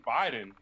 biden